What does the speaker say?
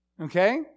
okay